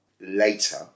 later